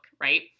right